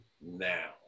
now